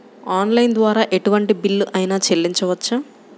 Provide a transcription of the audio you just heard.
Online ద్వారా ఎటువంటి bill అయినా చెల్లించవచ్చా?